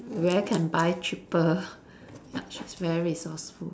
where can buy cheaper ya she's very resourceful